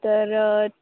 तर